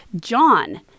John